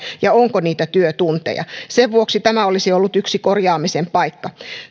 ja onko niitä työtunteja sen vuoksi tämä olisi ollut yksi korjaamisen paikka